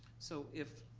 so if,